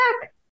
back